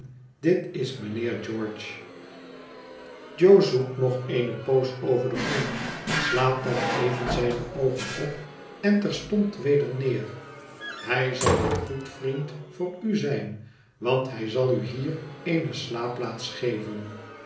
dit is mijnheer george jo zoekt nog eene poos over den grond slaat dan even zijne oogen op en terstond weder neer hij zal een goed vriend voor u zijn want hij zal u hier eene slaapplaats geven